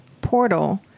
portal –